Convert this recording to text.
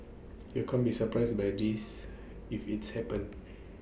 you can't be surprised by this if its happens